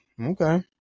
okay